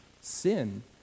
sin